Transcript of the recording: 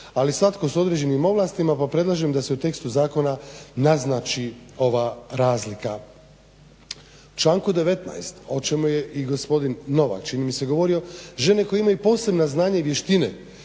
Ali svatko s određenim ovlastima, pa predlažem da se u tekstu zakona naznači ova razlika. U članku 19. a o čemu je i gospodin Novak, čini mi se: "Govorio žene koje imaju posebna znanja i vještine